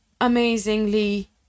amazingly